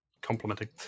Complimenting